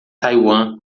taiwan